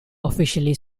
officially